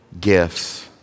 gifts